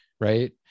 right